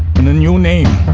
and a new name,